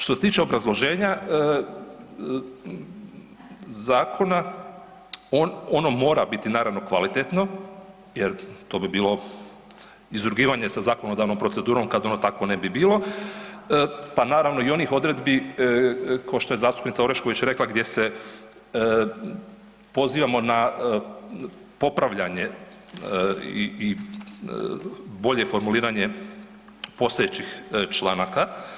Što se tiče obrazloženja zakona, on, ono mora biti naravno kvalitetno jer to bi bilo izrugivanje sa zakonodavnom procedurom kad ono takvo ne bi bilo, pa naravno i onih odredbi, košto je zastupnica Orešković rekla, gdje se pozivamo na popravljanje i bolje formuliranje postojećih članaka.